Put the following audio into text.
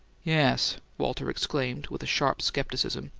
yes! walter exclaimed with a sharp skepticism.